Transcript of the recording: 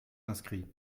inscrits